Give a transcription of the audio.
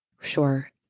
Sure